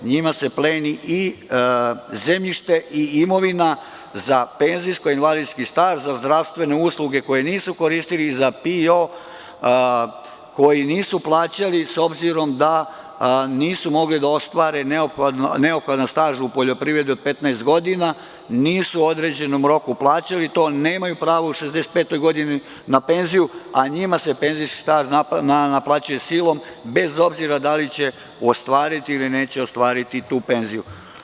Njima se pleni i zemljište i imovina za penzijsko-invalidski staž, za zdravstvene usluge koje nisu koristili i za PIO koji nisu plaćali, s obzirom da nisu mogli da ostvare neophodan staž u poljoprivredi od 15 godina, nisu u određenom roku plaćali to, nemaju pravo u 65. godini na penziju, a njima nje penzijski staž naplaćuje silom, bez obzira da li će ostvariti ili neće ostvariti tu penziju.